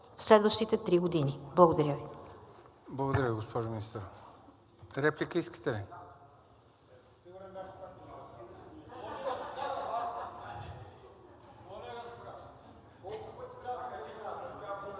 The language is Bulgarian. в следващите три години. Благодаря Ви.